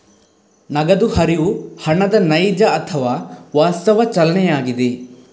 ನಗದು ಹರಿವು ಹಣದ ನೈಜ ಅಥವಾ ವಾಸ್ತವ ಚಲನೆಯಾಗಿದೆ